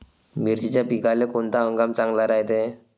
मिर्चीच्या पिकाले कोनता हंगाम चांगला रायते?